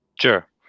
Sure